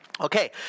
Okay